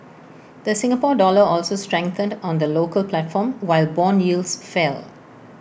the Singapore dollar also strengthened on the local platform while Bond yields fell